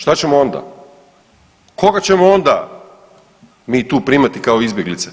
Šta ćemo onda, koga ćemo onda mi tu primati kao izbjeglice?